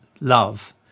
love